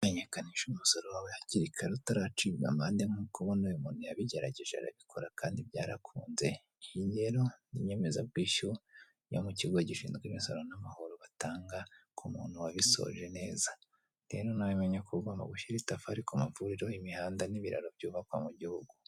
kumenyekanisha umusoro wawe hakiri kare utaracibwa amande nk'uko kubona uyu muntu yabigerageje arabikora kandi byarakunze iyi rero n'inyemezabwishyu yo mu kigo gishinzwe imisoro n'amahoro batanga ku muntu wabisoje neza rero nawe menya ko uba ugomba gushyira itafari kumavuriro imihanda n'ibiraro byubakwa mu gihugu